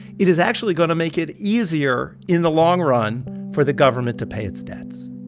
it is actually going to make it easier in the long run for the government to pay its debts